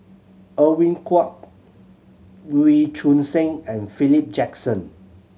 Edwin Koek Wee Choon Seng and Philip Jackson